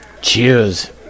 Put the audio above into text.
Cheers